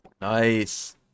Nice